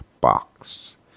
box